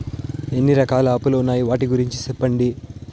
ఎన్ని రకాల అప్పులు ఉన్నాయి? వాటి గురించి సెప్పండి?